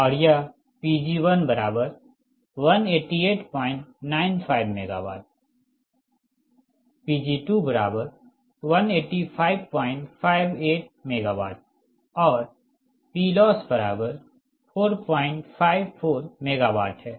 और यह Pg118895 MW Pg218558 MWऔर Ploss454 MW हैं